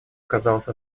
казалась